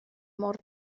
mor